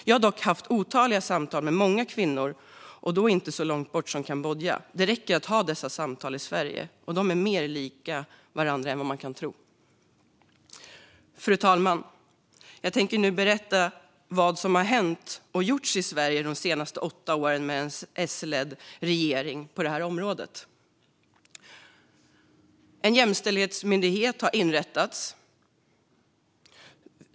Jag har dock haft otaliga samtal med många kvinnor, och då inte så långt borta som i Kambodja. Det räcker att ha dessa samtal i Sverige, och de är mer lika varandra än vad man kan tro. Fru talman! Jag tänker nu berätta vad som har hänt och gjorts i Sverige de senaste åtta åren med en S-ledd regering på det här området. En jämställdhetsmyndighet har inrättats.